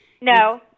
No